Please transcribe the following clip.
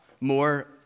more